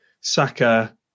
Saka